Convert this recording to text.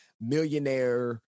Millionaire